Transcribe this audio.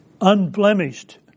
unblemished